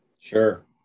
Sure